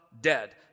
dead